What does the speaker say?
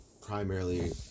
primarily